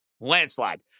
Landslide